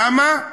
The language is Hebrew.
למה?